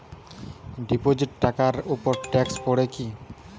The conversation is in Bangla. ডিপোজিট টাকার উপর ট্যেক্স পড়ে কি?